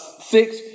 six